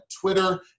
Twitter